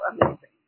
amazing